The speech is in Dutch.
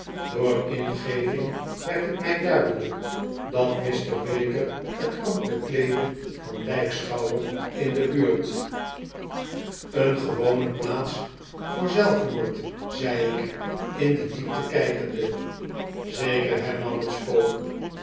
door ingeving werd t mij duidelijk dat mr baker t ambt bekleedde van lijkschouwer in die buurt een gewone plaats voor zelfmoord zei ik in de diepte kijkende zeker hernam het spook